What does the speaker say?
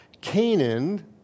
Canaan